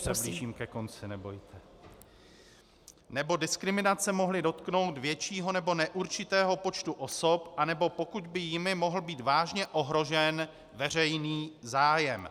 už se blížím ke konci, nebojte nebo diskriminace mohly dotknout většího nebo neurčitého počtu osob, anebo pokud by jimi mohl být vážně ohrožen veřejný zájem.